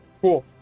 cool